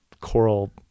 coral